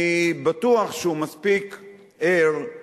אני בטוח שהוא מספיק ער,